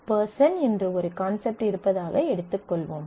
person என்று ஒரு concept இருப்பதாகக் எடுத்துக்கொள்வோம்